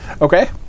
Okay